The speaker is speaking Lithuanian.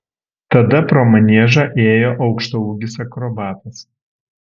tada pro maniežą ėjo aukštaūgis akrobatas